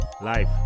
life